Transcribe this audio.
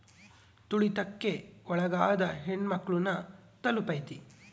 ತುಳಿತಕ್ಕೆ ಒಳಗಾದ ಹೆಣ್ಮಕ್ಳು ನ ತಲುಪೈತಿ